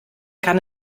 kann